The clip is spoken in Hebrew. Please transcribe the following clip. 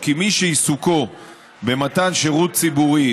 (א)(3) כי מי שעיסוקו במתן שירות ציבורי,